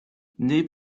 née